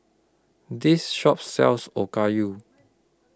This Shop sells Okayu